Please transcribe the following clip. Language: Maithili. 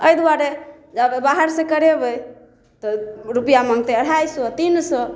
एहि दुआरे जे आब बाहर से करेबै तऽ रूपैआ माँगतै अढ़ाइ सए तीन सए